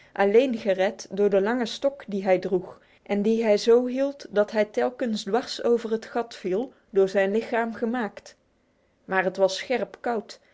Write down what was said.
alleen gered door de lange stok die hij droeg en die hij zo hield dat hij telkens dwars over het gat viel door zijn lichaam gemaakt maar het was scherp koud